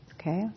Okay